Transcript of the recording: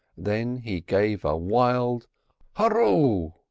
then he gave a wild hurroo!